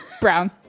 Brown